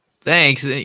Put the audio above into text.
thanks